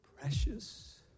precious